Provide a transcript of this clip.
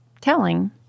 telling